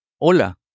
Hola